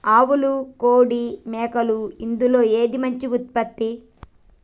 ఆవులు కోడి మేకలు ఇందులో ఏది మంచి ఉత్పత్తి?